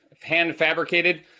hand-fabricated